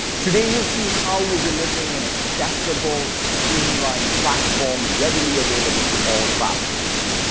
today you'll see how we're delivering an accessible, streamlined platform readily available to all classrooms.